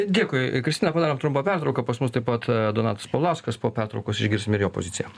dėkui kristina padarom trumpą pertrauką pas mus taip pat donatas paulauskas po pertraukos išgirsim ir jo poziciją